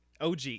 OG